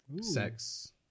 Sex